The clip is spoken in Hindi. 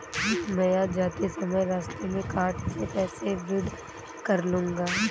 मैं आज जाते समय रास्ते में कार्ड से पैसे विड्रा कर लूंगा